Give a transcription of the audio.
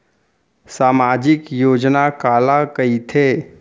सामाजिक योजना काला कहिथे?